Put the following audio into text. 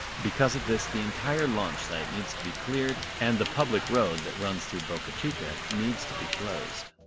because of this, the entire launch site needs to be cleared and the public road that runs through boca chica needs to be closed.